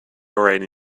already